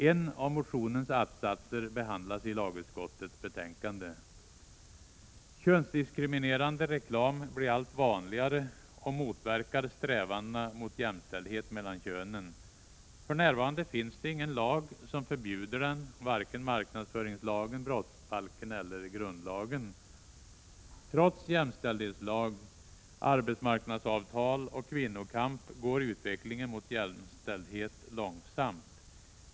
En av motionens att-satser behandlas i lagutskottets betänkande. Könsdiskriminerande reklam blir allt vanligare och motverkar strävandena mot jämställdhet mellan könen. För närvarande finns det ingen lag som förbjuder den, varken marknadsföringslagen, brottsbalken eller grundlagen. Trots jämställdhetslag, arbetsmarknadsavtal och kvinnokamp går utvecklingen mot jämställdhet långsamt.